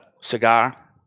Cigar